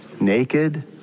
Naked